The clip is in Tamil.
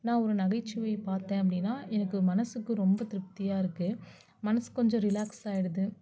நான் ஒரு நகைச்சுவையை பார்த்தேன் அப்படின்னா எனக்கு மனசுக்கு ரொம்ப திருப்தியாக இருக்குது மனசு கொஞ்சம் ரிலாக்ஸ் ஆகிடுது